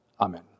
Amen